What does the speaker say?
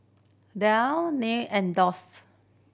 Dell Nan and Doux